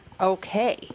okay